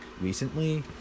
recently